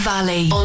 Valley